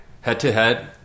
Head-to-head